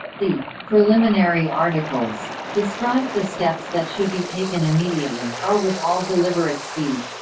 the preliminary articles described the steps that should be taken immediately, or with all deliberate speed